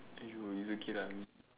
aiyo it's okay lah